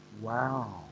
Wow